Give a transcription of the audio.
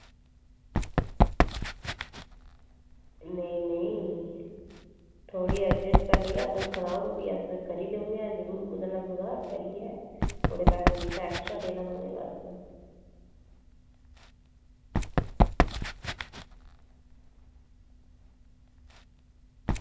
नेईं नेईं थोह्ड़ी अरजैंट करनी ना ते तुस सनाई ओड़ो बस करी देई ओड़ने आं कुदै ना कुदै करियै कुदै पैसे तुसें एक्स्ट्रा देने पौने बस